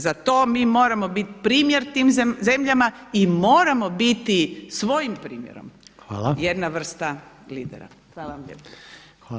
Za to mi moramo biti primjer tim zemljama i moramo biti svojim primjerom jedna vrsta lidera.